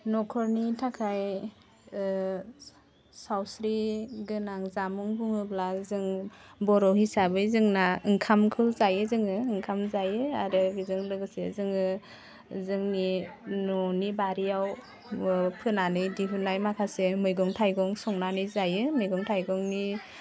न'खरनि थाखाय सावस्रि गोनां जामुं बुङोब्ला जों बर' हिसाबै जोंना ओंखामखौ जायो जोङो ओंखाम जायो आरो बेजों लोगोसे जोङो जोंनि न'नि बारियाव फोनानै दिहुननाय माखासे मैगं थाइगं संनानै जायो मैगं थाइगंनि